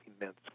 immense